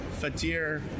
fatir